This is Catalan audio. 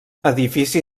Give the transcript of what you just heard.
edifici